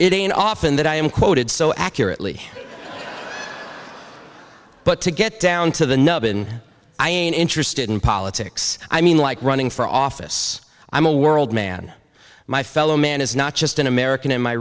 it isn't often that i am quoted so accurately but to get down to the nub and i am interested in politics i mean like running for office i'm a world man my fellow man is not just an american in my